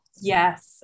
Yes